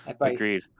Agreed